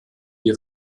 die